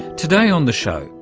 today on the show,